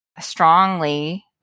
strongly